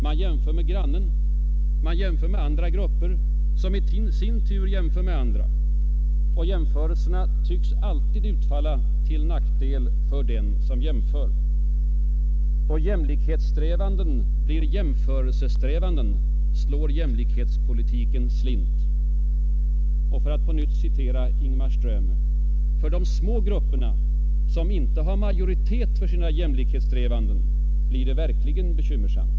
Man jämför med grannen, man jämför med andra grupper, som i sin tur jämför med andra. Och jämförelserna tycks alltid utfalla till nackdel för den som jämför. Då jämlikhetssträvanden blir jämförelsesträvan slår jämlikhetspolitiken slint. Och — för att på nytt citera Ingmar Ström — för ”de små grupperna som inte har majoritet för sina jämlikhetssträvanden blir det verkligen bekymmersamt”.